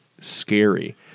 scary